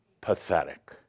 pathetic